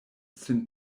sin